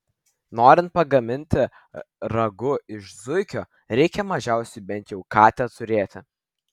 norint pagaminti ragu iš zuikio reikia mažiausiai bent jau katę turėti